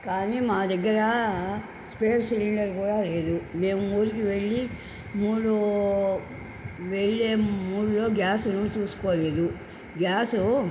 కానీ మా దగ్గరా స్పేర్ సిలిండర్ కూడా లేదు మేము ఊరికి వెళ్ళి మూడూ వెళ్ళే మూడ్లో గ్యాసును చూసుకోలేదు గ్యాసు